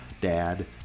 Dad